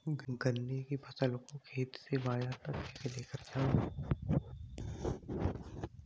गन्ने की फसल को खेत से बाजार तक कैसे लेकर जाएँ?